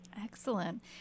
Excellent